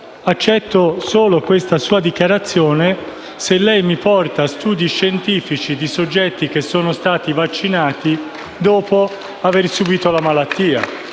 accetto questa sua dichiarazione solo se lei mi porta studi scientifici di soggetti che sono stati vaccinati dopo aver avuto la malattia!